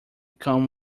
come